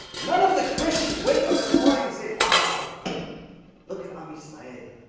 none of the christians wake up in the morning to say wow look at ami slain